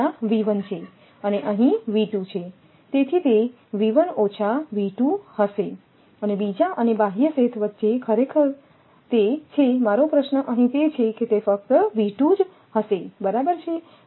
તે અહિયાં છે અને અહિ છેતેથીતે હશે અને બીજા અને બાહ્ય સેથ વચ્ચે ખરેખર તેછેમારો પ્રશ્ન અહીં તે છે કે તે ફક્ત જ હશેબરાબર છે